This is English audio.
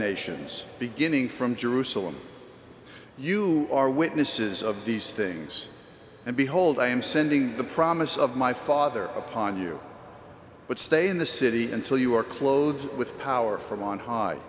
nations beginning from jerusalem you are witnesses of these things and behold i am sending the promise of my father upon you but stay in the city until you are close with power from on high